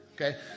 okay